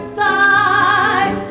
side